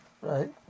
right